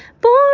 Born